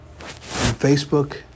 Facebook